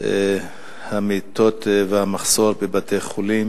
המיטות והמחסור בבתי-החולים